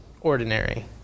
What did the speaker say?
ordinary